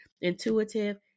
intuitive